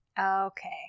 okay